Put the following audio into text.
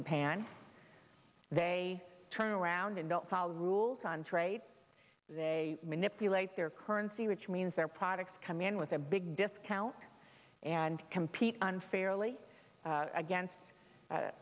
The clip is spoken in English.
japan they turn around and don't follow rules on trade they manipulate their currency which means their products come in with a big discount and compete unfairly against